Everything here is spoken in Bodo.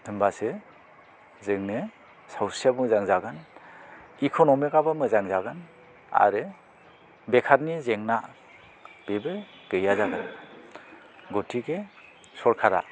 होमबासो जोंनो सावस्रियाबो मोजां जागोन इकन'मिक आबो मोजां जागोन आरो बेकारनि जेंना बेबो गैया जागोन गतिके सरकारा